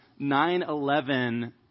9-11